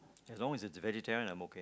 as long as it's vegetarian I'm okay